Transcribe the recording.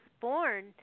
born